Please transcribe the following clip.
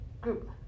group